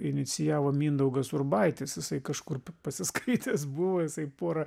inicijavo mindaugas urbaitis jisai kažkur pasiskaitęs buvo jisai porą